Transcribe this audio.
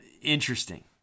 Interesting